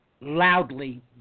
loudly